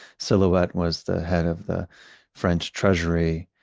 silhouette was the head of the french treasury,